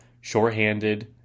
shorthanded